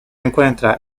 encuentra